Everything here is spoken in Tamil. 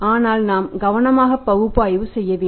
ஆனால் நாம் கவனமாக பகுப்பாய்வு செய்ய வேண்டும்